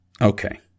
okay